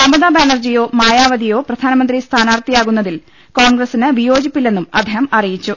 മമതാ ബാനർജിയോ മായാവതിയോ പ്രധാനമന്ത്രി സ്ഥാനാർത്ഥിയാകുന്നതിൽ കോൺഗ്ഗസിന് വിയോ ജിപ്പില്ലെന്നും അദ്ദേഹം അറിയിച്ചു